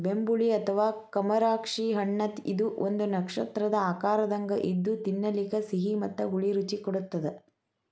ಬೆಂಬುಳಿ ಅಥವಾ ಕಮರಾಕ್ಷಿ ಹಣ್ಣಇದು ಒಂದು ನಕ್ಷತ್ರದ ಆಕಾರದಂಗ ಇದ್ದು ತಿನ್ನಲಿಕ ಸಿಹಿ ಮತ್ತ ಹುಳಿ ರುಚಿ ಕೊಡತ್ತದ